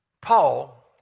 Paul